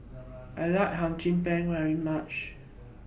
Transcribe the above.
I like Hum Chim Peng very much